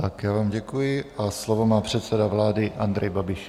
Já vám děkuji a slovo má předseda vlády Andrej Babiš.